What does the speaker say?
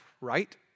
right